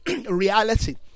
reality